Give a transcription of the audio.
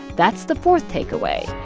that's the fourth takeaway.